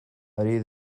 ari